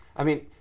i mean,